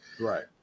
Right